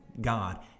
god